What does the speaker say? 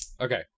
Okay